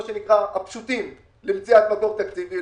מה שנקרא הפשוטים למציאת מקור תקציבי,